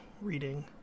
reading